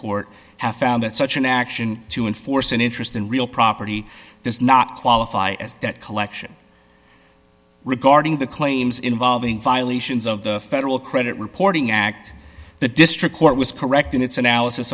court have found that such an action to enforce an interest in real property does not qualify as that collection regarding the claims involving violations of the federal credit reporting act the district court was correct in its analysis